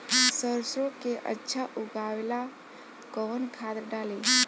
सरसो के अच्छा उगावेला कवन खाद्य डाली?